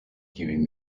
giving